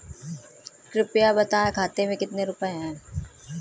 कृपया बताएं खाते में कितने रुपए हैं?